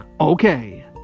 Okay